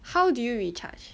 how do you recharge